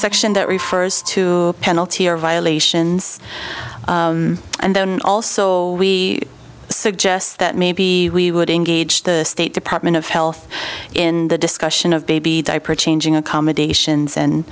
section that refers to a penalty or violations and then also we suggests that maybe we would engage the state department of health in the discussion of baby diaper changing accommodations and